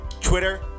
twitter